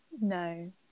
no